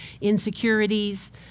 insecurities